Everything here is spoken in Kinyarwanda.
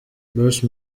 bruce